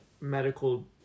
medical